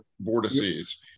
vortices